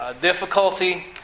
difficulty